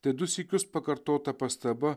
tai du sykius pakartota pastaba